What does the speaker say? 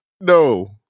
No